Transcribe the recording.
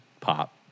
pop